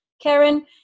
Karen